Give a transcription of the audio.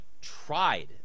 tried